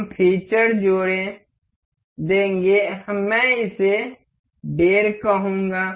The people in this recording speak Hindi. हम फीचर जोड़ देंगे मैं इसे 15 कहूंगा